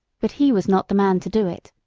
but he was not the man to do it,